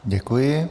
Děkuji.